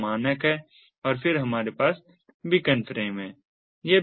यह मानक है और फिर हमारे पास बीकन फ्रेम हैं